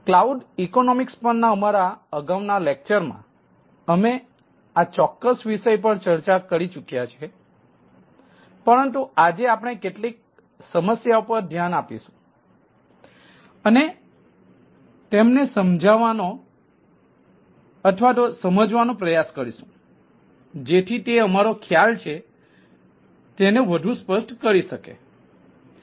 cloud economic પરના અમારા અગાઉના લેક્ચરમાં અમે આ ચોક્કસ વિષય પર ચર્ચા કરી ચૂક્યા છીએ પરંતુ આજે આપણે કેટલીક સમસ્યાઓ પર ધ્યાન આપીશું અને તેમને સમજવાનો પ્રયાસ કરીશું જેથી તે અમારો ખ્યાલ છેતેને વધુ સ્પષ્ટ કરી શકે છે